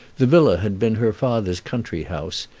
the villa had been her father's country-house,